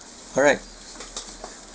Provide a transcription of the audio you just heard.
all right